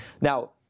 Now